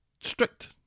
strict